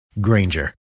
Granger